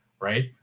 right